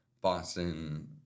Boston